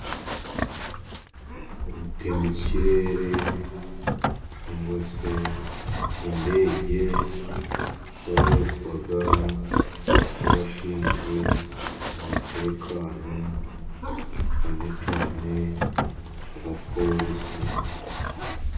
Rutemikirere cyangwa se indege, ikoreshwa n'abashinzwe umutekano cyane cyane abapolisi.